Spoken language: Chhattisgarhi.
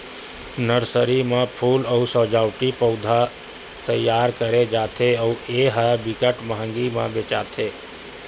नरसरी म फूल अउ सजावटी पउधा तइयार करे जाथे अउ ए ह बिकट मंहगी म बेचाथे